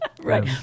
Right